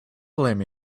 blame